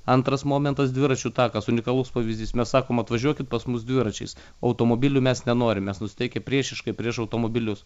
antras momentas dviračių takas unikalus pavyzdys mes sakom atvažiuokit pas mus dviračiais automobilių mes nenorim mes nusiteikę priešiškai prieš automobilius